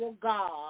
God